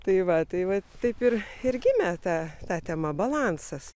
tai va tai va taip ir ir gimė ta ta tema balansas